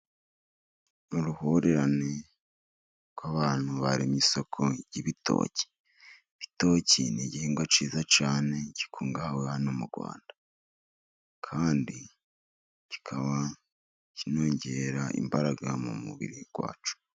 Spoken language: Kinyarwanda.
Mu ruhurirane rw'abantu baremye isoko ry'ibitoki. Ibitoki ni igihingwa cyiza cyane gikungahaweh hano mu Rwanda, kandi kikaba kinongera imbaraga mu mubiri wacu.